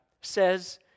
says